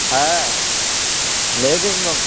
ᱦᱟᱸ ᱞᱟ ᱭᱵᱤᱱ ᱜᱚᱝᱠᱮ